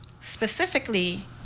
specifically